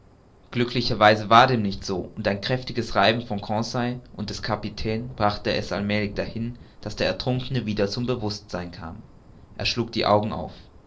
glücklicherweise war dem nicht so und das kräftige reiben conseil's und des kapitäns brachte es allmälig dahin daß der ertrunkene wieder zum bewußt sein kam er schlug die augen auf